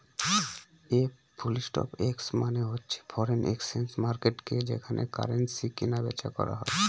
FX মানে হচ্ছে foreign exchange মার্কেটকে যেখানে কারেন্সি কিনা বেচা করা হয়